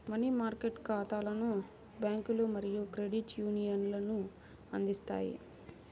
money market ఖాతాలను బ్యాంకులు మరియు క్రెడిట్ యూనియన్లు అందిస్తాయి